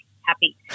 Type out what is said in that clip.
Happy